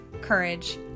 courage